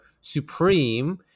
supreme